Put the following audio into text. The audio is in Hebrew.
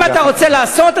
אם אתה רוצה לעשות,